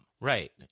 right